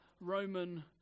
Roman